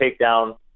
takedown